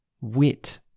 wit